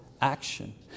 action